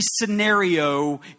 scenario